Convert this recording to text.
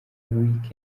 week